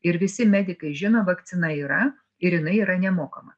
ir visi medikai žino vakcina yra ir jinai yra nemokama